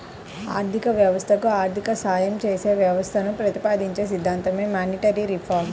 ఆర్థిక వ్యవస్థకు ఆర్థిక సాయం చేసే వ్యవస్థలను ప్రతిపాదించే సిద్ధాంతమే మానిటరీ రిఫార్మ్